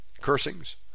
cursings